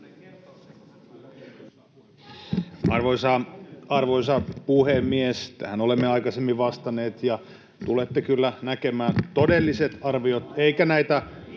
Arvoisa puhemies! Tähän olemme aikaisemmin vastanneet. Tulette kyllä näkemään todelliset arviot, eikä näitä